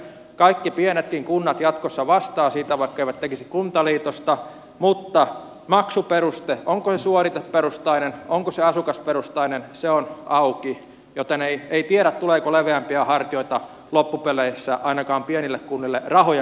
kaikki pienetkin kunnat jatkossa vastaavat siitä vaikka eivät tekisi kuntaliitosta mutta maksuperuste onko se suoriteperustainen onko se asukasperustainen on auki joten ei tiedä tuleeko leveämpiä hartioita loppupeleissä ainakaan pienille kunnille rahojen puitteessa